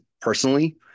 personally